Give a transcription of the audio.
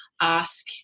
ask